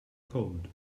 cold